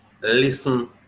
Listen